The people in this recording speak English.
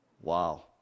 Wow